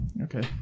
Okay